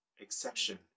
exception